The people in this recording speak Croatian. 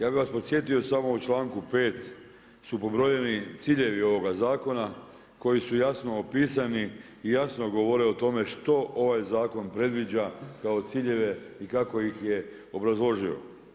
Ja bi vas podsjetio samo u članku 5. su pobrojeni ciljevi ovoga zakona koji su jasno opisani i jasno govore o tome što ovaj zakon predviđa kao ciljeve i kako ih je obrazložio.